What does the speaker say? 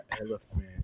elephant